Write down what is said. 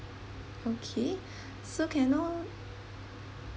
okay so can I know